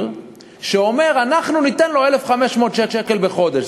שאומר: אנחנו ניתן לו 1,500 שקל בחודש.